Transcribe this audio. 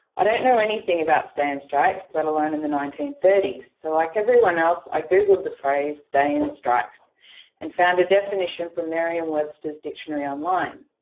i don't know anything about stay-in strikes, let alone in the nineteen so like everyone else i googled the phrase stay-in strikes and found a definition from merriam webster's dictionary online,